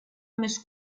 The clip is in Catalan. més